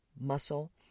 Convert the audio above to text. muscle